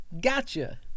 Gotcha